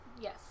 Yes